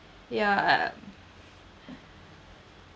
ya uh